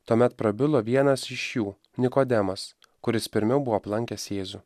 tuomet prabilo vienas iš jų nikodemas kuris pirmiau buvo aplankęs jėzų